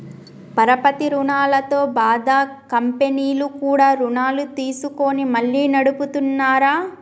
పరపతి రుణాలతో బాధ కంపెనీలు కూడా రుణాలు తీసుకొని మళ్లీ నడుపుతున్నార